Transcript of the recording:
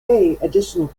additional